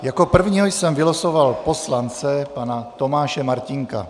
Jako prvního jsem vylosoval poslance pana Tomáše Martínka.